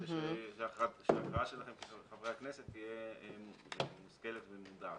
כדי שההכרעה של חברי הכנסת תהיה מושכלת ומודעת.